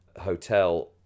hotel